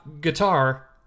guitar